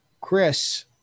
Chris